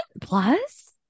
plus